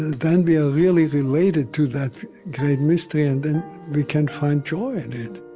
then we are really related to that great mystery, and then we can find joy in it